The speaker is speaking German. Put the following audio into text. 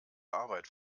arbeit